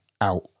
out